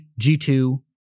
G2